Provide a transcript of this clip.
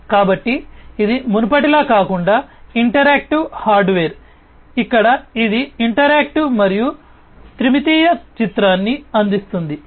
కాబట్టి ఇది మునుపటిలా కాకుండా ఇంటరాక్టివ్ హార్డ్వేర్ ఇక్కడ ఇది ఇంటరాక్టివ్ మరియు ఇది త్రిమితీయ చిత్రాన్ని అందిస్తుంది